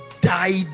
died